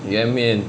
鱼圆面